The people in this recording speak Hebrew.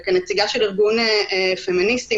וכנציגה של ארגון פמיניסטי,